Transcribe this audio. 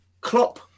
Klopp